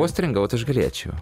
postringaut aš galėčiau